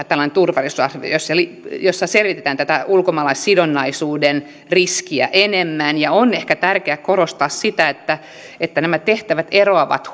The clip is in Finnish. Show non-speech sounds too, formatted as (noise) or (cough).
(unintelligible) tällainen turvallisuusarvio jossa selvitetään tätä ulkomaalaissidonnaisuuden riskiä enemmän on ehkä tärkeää korostaa sitä että että nämä tehtävät eroavat (unintelligible)